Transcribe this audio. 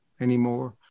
anymore